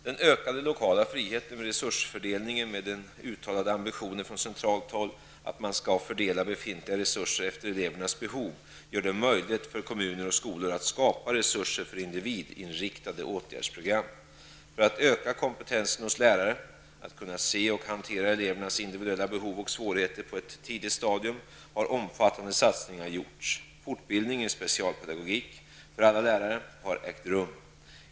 Den ökade lokala friheten vid resursfördelningen med den uttalade ambitionen från centralt håll att man skall fördela befintliga resurser efter elevernas behov gör det möjligt för kommuner och skolor att skapa resurser för individinriktade åtgärdsprogram. För att öka kompetensen hos lärare att kunna se och hantera elevernas individuella behov och svårigheter på ett tidigt stadium har omfattande satsningar gjorts. Fortbildning i specialpedagogik för alla lärare har ägt rum.